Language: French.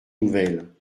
nouvelle